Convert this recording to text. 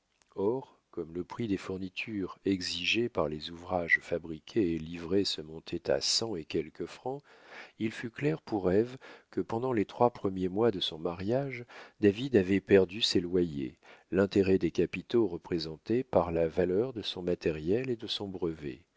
or comme le prix des fournitures exigées par les ouvrages fabriqués et livrés se montait à cent et quelques francs il fut clair pour ève que pendant les trois premiers mois de son mariage david avait perdu ses loyers l'intérêt des capitaux représentés par la valeur de son matériel et de son brevet